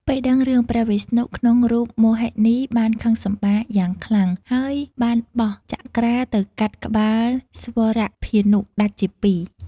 ពេលដឹងរឿង ព្រះវិស្ណុក្នុងរូបមោហិនី បានខឹងសម្បារយ៉ាងខ្លាំង ហើយបានបោះ ចក្រា ទៅកាត់ក្បាលស្វរភានុដាច់ជាពីរ។